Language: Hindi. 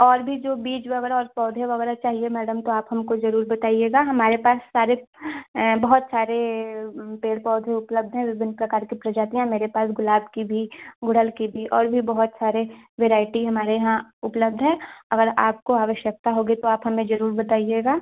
और भी जो बीज वगैरह और पौधे वगैरह चाहिए मैडम तो आप हमको जरुर बताइएगा हमारे पास सारे बहुत सारे पेड़ पौधे उपलब्ध हैं विभिन्न प्रकार के प्रजातियाँ मेरे पास गुलाब की भी गुड़हल की भी और भी बहुत सारे वैराइटी हमारे यहाँ उपलब्ध हैं अगर आपको आवश्यकता होगी तो आप हमें जरुर बताइएगा